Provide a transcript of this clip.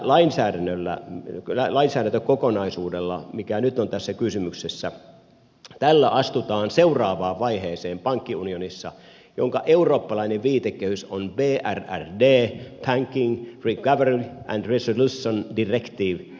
tällä lainsäädäntökokonaisuudella mikä nyt on tässä kysymyksessä astutaan seuraavaan vaiheeseen pankkiunionissa jonka eurooppalainen viitekehys on brrd bank recovery and resolution directive